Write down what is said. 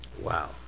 wow